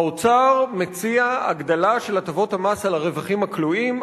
האוצר מציע הגדלה של הטבות המס על הרווחים הכלואים,